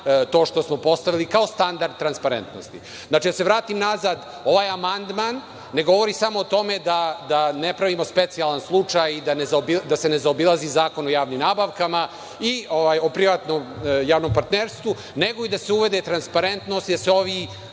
to što smo postavili kao standard transparentnosti. Znači, da se vratim nazad. Ovaj amandman ne govori samo o tome da ne pravimo specijalan slučaj i da se ne zaobilazimo Zakon o javnim nabavkama i o privatno javnom partnerstvu, nego i da se uvede transparentnost, jer se ovi